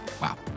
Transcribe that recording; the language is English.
Wow